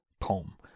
poem